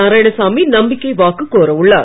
நாராயணசாமி நம்பிக்கை வாக்கு கோரயுள்ளார்